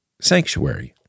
sanctuary